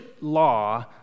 law